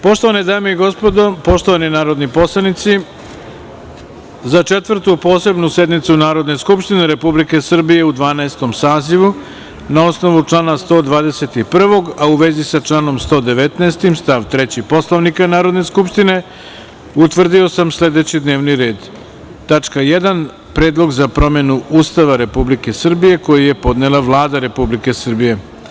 Poštovane dame i gospodo, poštovani narodni poslanici, za Četvrtu posebnu sednicu Narodne skupštine Republike Srbije u Dvanaestom sazivu, na osnovu člana 121, a u vezi sa članom 119. stav 3. Poslovnika Narodne skupštine, utvrdio sam sledeći D n e v n i r e d: 1. Predlog za promenu Ustava Republike Srbije, koji je podnela Vlada Republike Srbije.